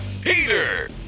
Peter